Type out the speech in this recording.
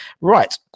Right